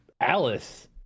Alice